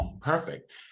perfect